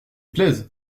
plaisent